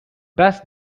best